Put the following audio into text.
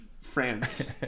France